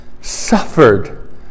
suffered